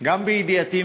גם בידיעתי,